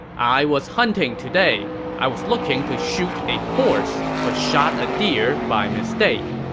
i was hunting today. i was looking to shoot a horse, but shot ah deer by mistake.